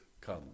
come